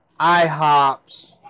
IHOPs